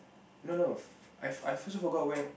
no no f~ I I also forgot where